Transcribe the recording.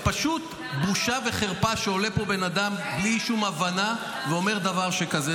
פשוט בושה וחרפה שעולה בן אדם בלי שום הבנה ואומר דבר שכזה.